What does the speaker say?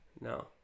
no